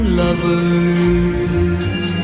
lovers